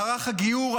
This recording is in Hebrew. מערך הגיור,